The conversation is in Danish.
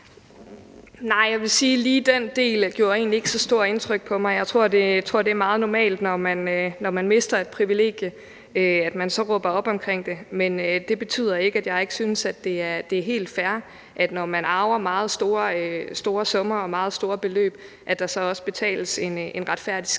Nej, jeg vil sige, at lige den del egentlig ikke gjorde så stort indtryk på mig. Jeg tror, det er meget normalt, når man mister et privilegie, at man så råber op om det. Men det betyder ikke, at jeg ikke synes, at det er helt fair, at når man arver meget store summer, meget store beløb, så betales der også en retfærdig skat